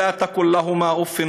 אל תגיד להם קצתִי בכם,